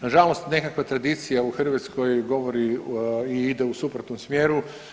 Na žalost nekako tradicija u Hrvatskoj govori i ide u suprotnom smjeru.